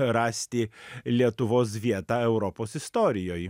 rasti lietuvos vietą europos istorijoj